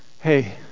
Hey